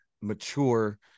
mature